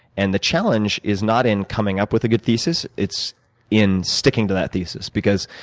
and the challenge is not in coming up with a good thesis, it's in sticking to that thesis because,